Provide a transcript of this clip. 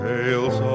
Tales